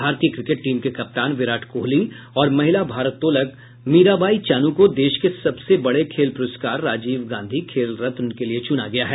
भारतीय cricket team के कप्तान विराट कोहली और महिला भारोत्तोलक मीराबाई चानू को देश के सबसे बड़े खेल पुरस्कार राजीव गांधी खेल रत्न के लिये चुना गया है